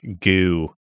goo